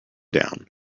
down